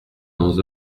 dans